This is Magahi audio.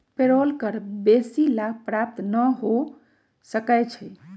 पेरोल कर बेशी लाभ प्राप्त न हो सकै छइ